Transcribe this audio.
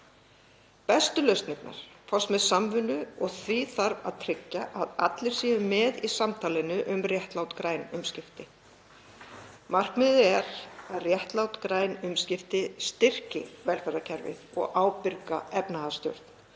Bestu lausnirnar fást með samvinnu og því þarf að tryggja að allir séu með í samtalinu um réttlát græn umskipti. Markmiðið er að réttlát græn umskipti styrki velferðarkerfið og ábyrga efnahagsstjórn